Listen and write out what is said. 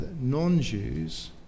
non-Jews